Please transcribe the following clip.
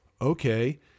okay